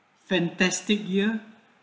fantastic year